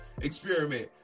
experiment